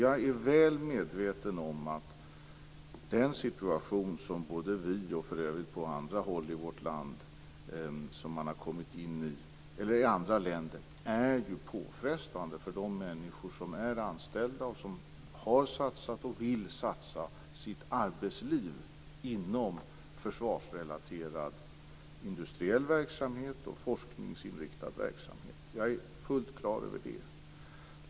Jag är väl medveten om att den situation som vårt land och andra länder hamnat i är påfrestande för de anställda som har satsat, och vill satsa, sitt arbetsliv inom försvarsrelaterad industriell verksamhet och forskningsinriktad verksamhet. Jag är fullt klar över detta.